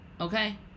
okay